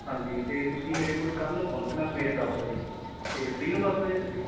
ਹਾਂਜੀ ਅਤੇ ਤੁਸੀਂ ਮੇਰੇ ਕੋਲ ਕੱਲ੍ਹ ਪਹੁੰਚਣਾ ਸਵੇਰੇ ਦਸ ਵਜੇ ਅਤੇ ਫਰੀ ਹੋ ਦਸ ਵਜੇ ਸਵੇਰੇ